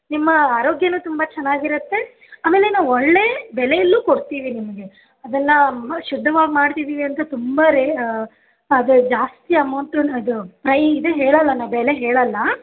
ನಿಮ್ಮ ಆರೋಗ್ಯನೂ ತುಂಬಾ ಚೆನ್ನಾಗಿರುತ್ತೆ ಆಮೇಲೆ ನಾವು ಒಳ್ಳೆಯ ಬೆಲೆಯಲ್ಲೂ ಕೊಡ್ತೀವಿ ನಿಮಗೆ ಅದೆಲ್ಲಾ ಶುದ್ಧವಾಗಿ ಮಾಡ್ತಿದ್ದೀವಿ ಅಂತ ತುಂಬಾ ರೇರ್ ಅದರಲ್ಲಿ ಜಾಸ್ತಿ ಅಮೌಂಟ್ ಇದೆ ಪ್ರೈ ಇದೆ ಹೇಳಲ್ಲ ನಾ ಬೆಲೆ ಹೇಳಲ್ಲ